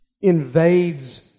invades